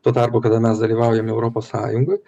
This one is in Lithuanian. tuo tarpu kada mes dalyvaujame europos sąjungoj